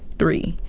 three.